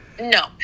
No